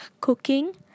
cooking